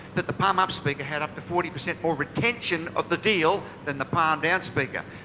that the palm up speaker had up to forty percent more retention of the deal than the palm down speaker.